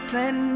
Send